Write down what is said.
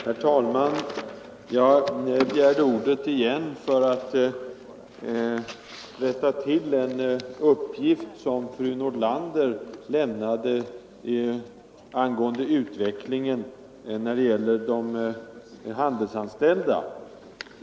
Herr talman! Jag begärde ordet igen för att rätta till en uppgift som fru Nordlander lämnade angående utvecklingen beträffande de handelsanställda.